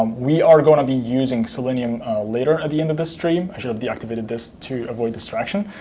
um we are going to be using selenium later at the end of the stream. i should have deactivated this to avoid distraction.